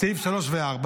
סעיף 3 ו-4,